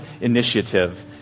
initiative